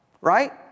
right